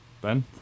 Ben